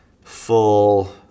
full